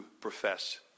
profess